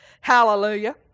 Hallelujah